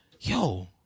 yo